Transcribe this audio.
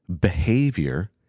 behavior